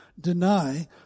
deny